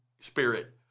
Spirit